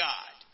God